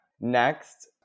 Next